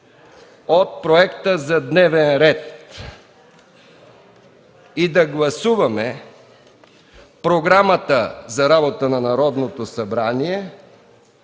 от проекта за дневен ред и да гласуваме Програмата за работата на Народното събрание,